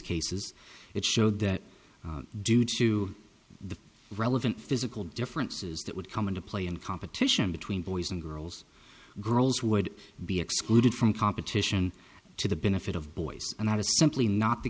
cases it showed that due to the relevant physical differences that would come into play and competition between boys and girls girls would be excluded from competition to the benefit of boys and i was simply not the